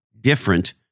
different